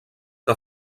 que